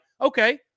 okay